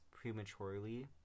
prematurely